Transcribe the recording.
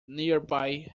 nearby